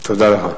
תודה לך.